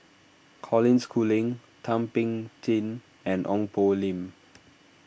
Colin Schooling Thum Ping Tjin and Ong Poh Lim